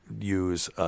use